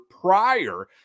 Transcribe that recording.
prior